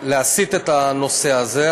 להסיט את הנושא הזה,